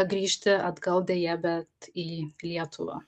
grįžti atgal deja bet į lietuvą